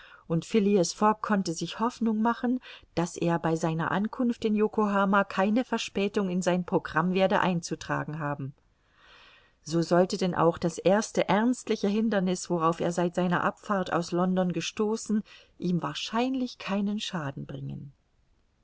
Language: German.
und phileas fogg konnte sich hoffnung machen daß er bei seiner ankunft in yokohama keine verspätung in sein programm werde einzutragen haben so sollte denn auch das erste ernstliche hinderniß worauf er seit seiner abfahrt aus london gestoßen ihm wahrscheinlich keinen schaden bringen